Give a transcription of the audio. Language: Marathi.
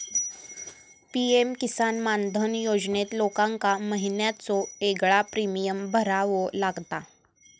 पी.एम किसान मानधन योजनेत लोकांका महिन्याचो येगळो प्रीमियम भरावो लागता